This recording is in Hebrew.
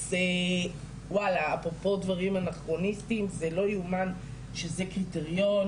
אז וואלה אפרופו דברים אנכרוניסטיים - זה לא יאומן שזה קריטריון,